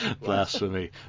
Blasphemy